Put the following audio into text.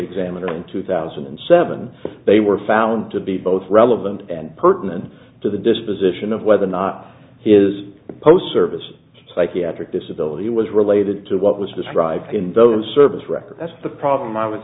examiner's in two thousand and seven they were found to be both relevant and pertinent to the disposition of whether or not his post service psychiatric disability was related to what was described in those service record that's the problem i was